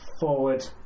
forward